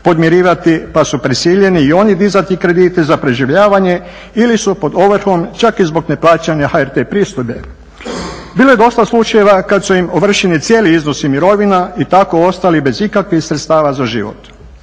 podmirivati pa su prisiljeni i oni dizati kredite za preživljavanje ili su pod ovrhom čak i zbog ne plaćanja HRT pristojbe. Bilo je dosta slučajeva kad su im ovršeni cijeli iznosi mirovina i tako ostali bez ikakvih sredstava za život.